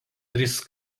trys